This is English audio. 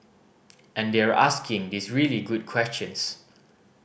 and they're asking these really good questions